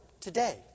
today